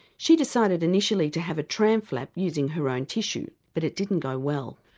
she decided initially to have a tram flap using her own tissue but it didn't go well.